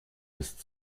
ist